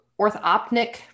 orthopnic